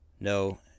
no